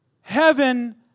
heaven